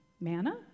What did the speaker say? Manna